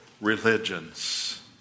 religions